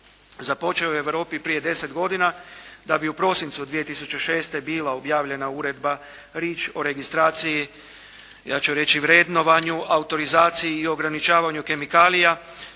započeo je u Europi prije deset godina da bi u prosincu 2006. bila objavljena uredba Reach o registraciji ja ću reći vrednovanju, autorizaciji i ograničavanju kemikalija